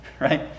right